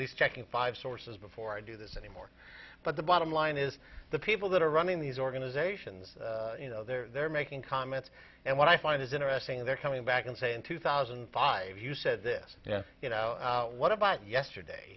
least checking five sources before i do this anymore but the bottom line is the people that are running these organizations you know they're making comments and what i find is interesting they're coming back and say in two thousand and five you said this you know what about yesterday